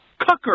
Cucker